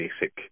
basic